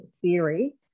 theory